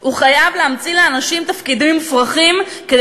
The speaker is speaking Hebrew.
הוא חייב להמציא לאנשים תפקידים מופרכים כדי